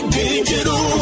digital